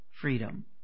freedom